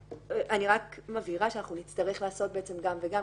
ואני רק מבהירה שאנחנו שנצטרך לעשות בעצם גם וגם,